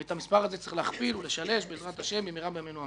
ואת המספר הזה צריך להכפיל ולשלש בעזרת השם במהרה בימינו,